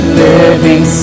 living